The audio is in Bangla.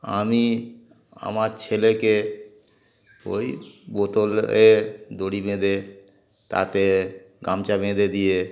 আমি আমার ছেলেকে ওই বোতলে দড়ি বেঁধে তাতে গামছা বেঁধে দিয়ে